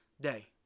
day